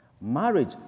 Marriage